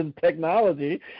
technology